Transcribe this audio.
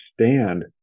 understand